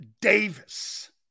Davis